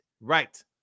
Right